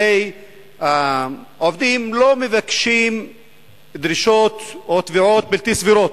הרי העובדים לא מבקשים דרישות או תביעות בלתי סבירות.